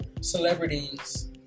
celebrities